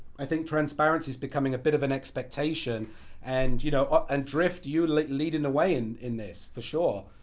i think transparency's becoming a bit of an expectation and you know ah and drift, you lead lead in a way and in this, for sure.